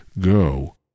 go